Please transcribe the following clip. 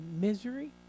misery